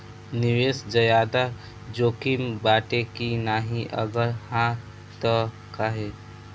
निवेस ज्यादा जोकिम बाटे कि नाहीं अगर हा तह काहे?